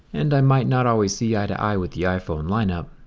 and i might not always see eye to eye with the iphone lineup,